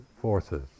forces